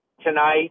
tonight